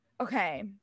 okay